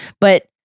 But-